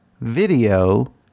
video